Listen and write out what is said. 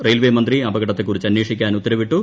റെയിൽവേമന്ത്രി അപകടത്തെ കുറിച്ച് അന്വേഷിക്കാൻ ഉത്തരവിട്ടു